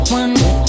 one